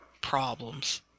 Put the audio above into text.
problems